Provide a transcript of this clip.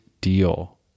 deal